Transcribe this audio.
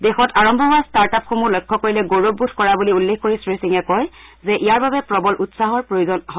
দেশত আৰম্ভ হোৱা ষ্টাৰ্ট আপসমূহ লক্ষ্য কৰিলে গৌৰৱবোধ কৰা বুলি উল্লেখ কৰি শ্ৰী সিঙে কয় যে ইয়াৰ বাবে প্ৰবল উৎসাহৰ প্ৰয়োজন হয়